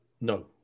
No